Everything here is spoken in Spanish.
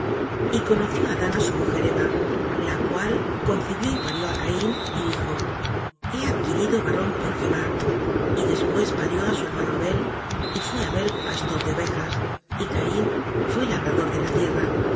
y conoció adán a su mujer eva la cual concibió y parió a caín y dijo he ad quirido varón por jehová y después parió a su hermano abel y fué abel pastor de ove jas y caín fué labrador de la tierra